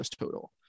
total